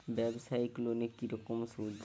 ব্যবসায়িক লোনে কি রকম সুদ?